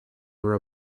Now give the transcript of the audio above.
were